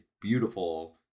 beautiful